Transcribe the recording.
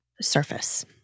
surface